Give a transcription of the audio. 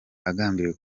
agambiriye